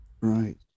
Right